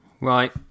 right